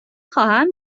خواهم